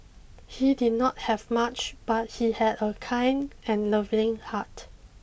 he did not have much but he had a kind and loving heart